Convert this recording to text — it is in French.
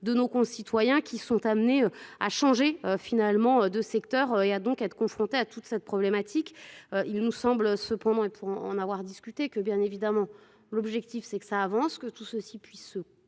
de nos concitoyens qui sont amenés à changer finalement de secteur et à donc à être confronté à toute cette problématique. Il nous semble cependant et pour en avoir discuté que, bien évidemment, l'objectif, c'est que ça avance que tout ceci puisse se